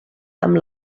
amb